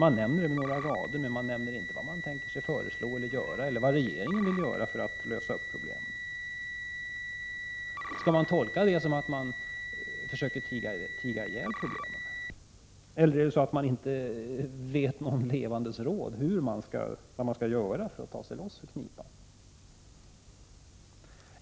Det står några rader, men ingenting om vad regeringen tänker sig eller vill göra för att lösa dessa problem. Skall detta tolkas så att regeringen försöker tiga ihjäl problemen? Eller vet man sig ingen levandes råd, hur man skall ta sig ur knipan?